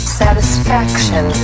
satisfaction